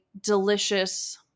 delicious